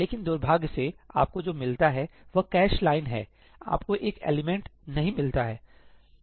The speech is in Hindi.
लेकिन दुर्भाग्य से आपको जो मिलता है वह कैश लाइन है आपको एक एलिमेंट नहीं मिलता है